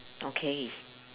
okay